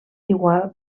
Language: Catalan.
igual